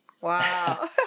Wow